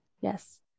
Yes